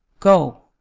go,